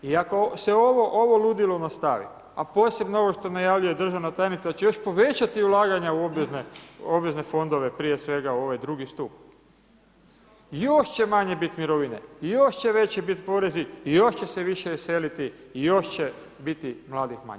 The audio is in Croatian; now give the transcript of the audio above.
I ako se ovo ludilo nastavi, a posebno ovo što najavljuje državna tajnica da će još povećati ulaganje u obvezne fondove, prije svega u ovaj drugi stup, još će manje biti mirovine, još će veći biti porezi i još će se više iseliti i još će biti mladih manje.